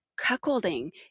cuckolding